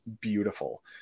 beautiful